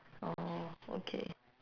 orh okay